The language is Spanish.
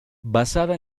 basada